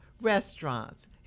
restaurants